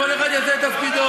כל אחד יעשה את תפקידו.